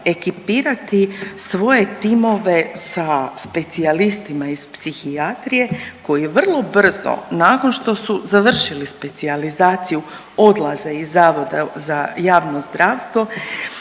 ekipirati svoje timove sa specijalistima iz psihijatrije koji vrlo brzo nakon što su završili specijalizaciju odlaze iz zavoda za javno zdravstvo